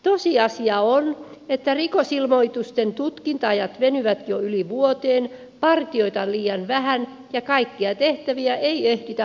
tosiasia on että rikosilmoitusten tutkinta ajat venyvät jo yli vuoteen partioita on liian vähän ja kaikkia tehtäviä ei ehditä hoitaa lainkaan